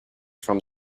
from